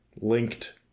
linked